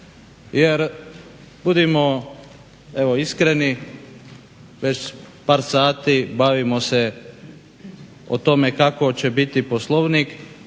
Jer budimo evo iskreni već par sati bavimo se o tome kako će biti Poslovnik